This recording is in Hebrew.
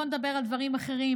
בואו נדבר על דברים אחרים,